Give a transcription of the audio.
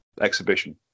exhibition